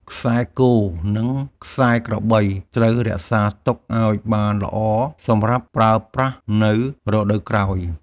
ខ្សែគោ និងខ្សែក្របី ត្រូវរក្សាទុកឱ្យបានល្អសម្រាប់ប្រើប្រាស់នៅរដូវក្រោយ។